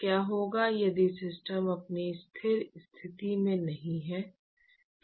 तो क्या होगा यदि सिस्टम अपनी स्थिर स्थिति में नहीं है